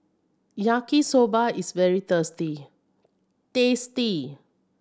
Yaki Soba is very thirsty tasty